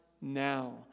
now